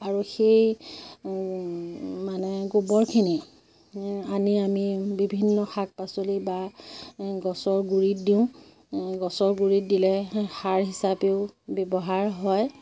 আৰু সেই মানে গোবৰখিনি আনি আমি বিভিন্ন শাক পাচলি বা গছৰ গুৰিত দিওঁ গছৰ গুৰিত দিলে সাৰ হিচাপেও ব্যৱহাৰ হয়